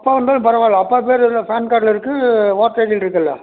அப்பாது இருந்தாலும் பரவாயில்ல அப்பா பேர் இதில் பேன் கார்டில் இருக்கு ஒட்டர் ஐடியில இருக்குல்ல